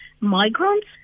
migrants